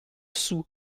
sous